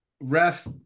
ref